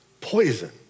poison